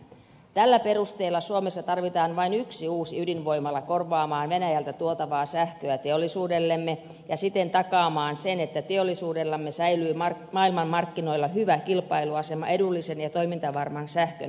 tällä perusteella suomessa tarvitaan vain yksi uusi ydinvoimala korvaamaan venäjältä tuotavaa sähköä teollisuudellemme ja siten takaamaan sen että teollisuudellamme säilyy maailmanmarkkinoilla hyvä kilpailuasema edullisen ja toimintavarman sähkön avulla